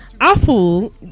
apple